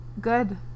Good